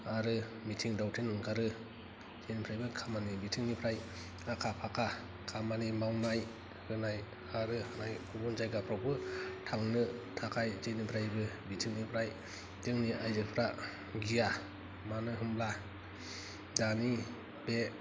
आरो मिथिं दावथिं ओंखारो जेनिफ्राइबो खामानि बिथिंनिफ्राय आखा फाखा खामानि मावनाय होनाय आरो गुबुन जायगाफ्रावबो थांनो थाखाय जेनिफ्रायबो बिथिंनिफ्राय जोंनि आइजोफ्रा गिया मानो होमब्ला दानि बे